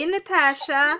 Natasha